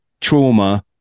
trauma